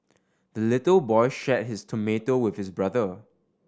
the little boy shared his tomato with his brother